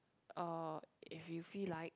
uh if you feel like